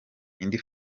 indi